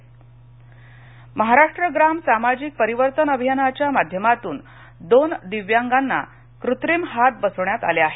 कृत्रिम हात महाराष्ट्र ग्राम सामाजिक परिवर्तन अभियानाच्या माध्यमातून दोन दिव्यांगाना कृत्रिम हात बसवण्यात आले आहेत